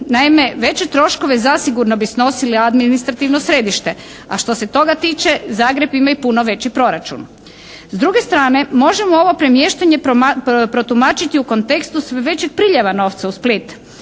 Naime, veće troškove zasigurno bi snosili administrativno središte, a što se toga tiče Zagreb ima i puno veći proračun. S druge strane možemo ovo premještanje protumačiti u kontekstu sve većeg priljeva novca u Split,